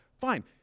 Fine